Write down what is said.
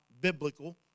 biblical